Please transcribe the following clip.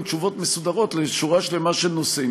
תשובות מסודרות על שורה שלמה של נושאים.